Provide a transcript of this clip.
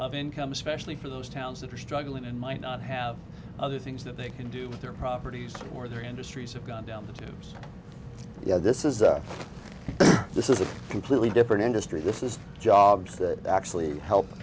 of income especially for those towns that are struggling and might not have other things that they can do with their properties or their industries have gone down the tubes yeah this is a this is a completely different industry this is jobs that actually help